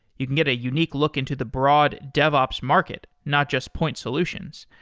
you can get a unique look into the broad devops market, not just point solutions.